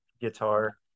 guitar